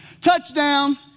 Touchdown